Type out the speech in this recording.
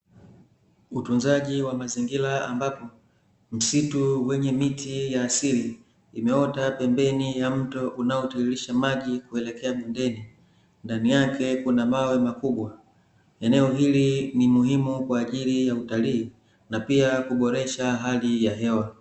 Utunzaji wa mazingira ambapo msitu wenye miti ya asili imeota pembeni ya mto unaotiririsha maji kuelekea bondeni, ndani yake kuna mawe makubwa. Eneo hili ni muhimu kwa ajili ya utalii na pia kuboresha hali ya hewa.